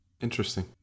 Interesting